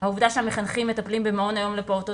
העובדה שהמחנכים מטפלים במעון היום לפעוטות